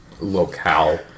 locale